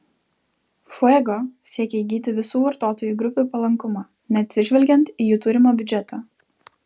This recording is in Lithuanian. fuego siekė įgyti visų vartotojų grupių palankumą neatsižvelgiant į jų turimą biudžetą